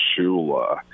Shula